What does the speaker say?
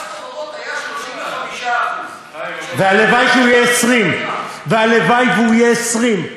מס חברות היה 35% והלוואי שהוא יהיה 20%. והלוואי שהוא יהיה 20%,